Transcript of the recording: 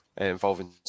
involving